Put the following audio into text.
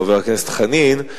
חבר הכנסת חנין,